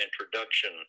introduction